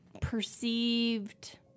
perceived